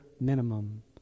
minimum